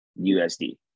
USD